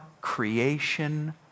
creation